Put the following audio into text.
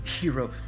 hero